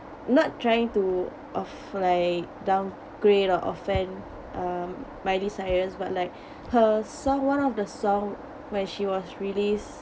not trying to of like downgrade or offend um miley cyrus but like her song one of the song when she was released